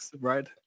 Right